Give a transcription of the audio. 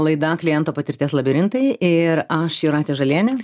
laida kliento patirties labirintai ir aš jūratė žalienė ir ieva kulikauskienė eros